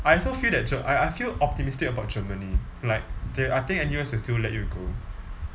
I also feel that ger~ I I feel optimistic about germany like they I think N_U_S will still let you go